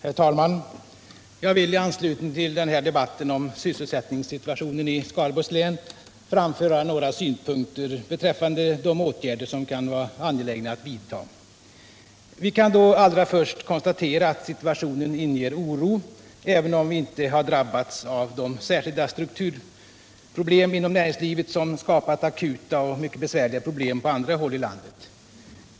Herr talman! Jag vill i anslutning till den här debatten om sysselsättningssituationen i Skaraborgs län framföra några synpunkter på de åtgärder som kan vara angelägna att vidta. Vi kan allra först konstatera att situationen inger oro, även om vi inte har drabbats av de speciella strukturproblem inom näringslivet som skapat akuta och mycket besvärliga problem på andra håll i landet.